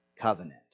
covenant